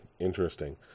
interesting